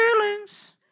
Feelings